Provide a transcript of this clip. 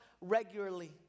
regularly